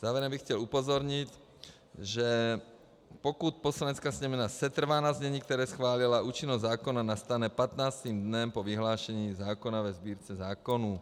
Závěrem bych chtěl upozornit, že pokud Poslanecká sněmovna setrvá na znění, které schválila, účinnost zákona nastane 15. dnem po vyhlášení zákona ve Sbírce zákonů.